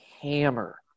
hammer